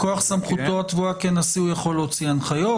מכוח סמכותו הטבועה כנשיא הוא יכול להוציא הנחיות.